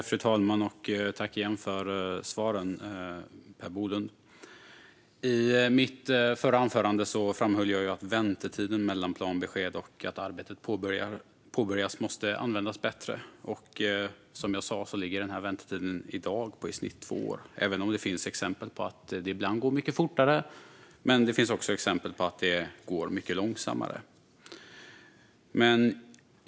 Fru talman! Jag tackar åter Per Bolund för svaren. I mitt förra anförande framhöll jag att väntetiden mellan planbesked och att arbetet påbörjas måste användas bättre. Som jag sa ligger denna väntetid i dag på i snitt två år Det finns exempel på att det ibland går mycket fortare, men det finns också exempel på att det går mycket långsammare.